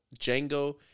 Django